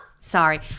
Sorry